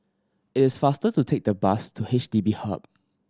it is faster to take the bus to H D B Hub